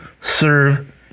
serve